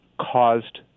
caused